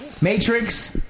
Matrix